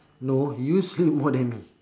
no you sleep more than me